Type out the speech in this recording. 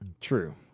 True